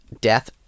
Death